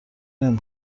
نمی